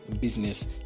business